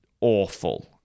awful